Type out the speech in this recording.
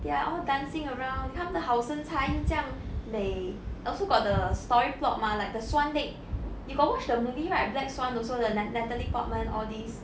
they are all dancing around 你看她们的好身材又这样美 they also got the story plot mah like the swan lake you got watch the movie right black swan also the nat~ natalie portman all these